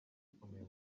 ikomeye